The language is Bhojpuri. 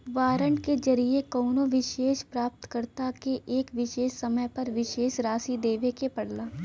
वारंट के जरिये कउनो विशेष प्राप्तकर्ता के एक विशेष समय पर विशेष राशि देवे के पड़ला